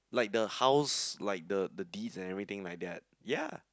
like the house like the the deeds everything like that ya